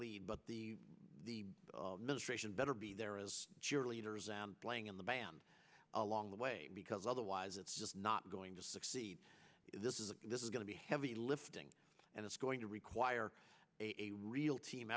lead but the the ministration better be there as cheerleaders am playing in the band along the way because otherwise it's just not going to succeed this is a this is going to be heavy lifting and it's going to require a real team